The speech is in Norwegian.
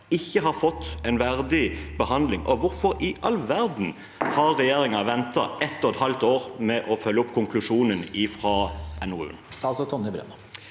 ikke har fått en verdig behandling? Og hvorfor i all verden har regjeringen ventet et og et halvt år med å følge opp konklusjonen fra NOU-en? Statsråd Tonje Brenna